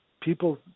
people